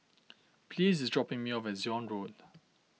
Pleas is dropping me off at Zion Road